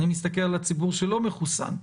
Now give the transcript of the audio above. אני מסתכל על הציבור שלא מחוסן.